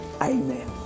amen